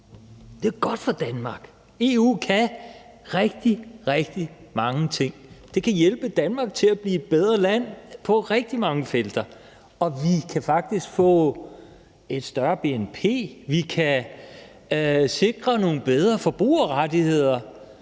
det er godt for Danmark. EU kan rigtig, rigtig mange ting. Det kan hjælpe Danmark til at blive et bedre land på rigtig mange felter, og vi kan faktisk få et større bnp. Vi kan sikre nogle bedre forbrugerrettigheder.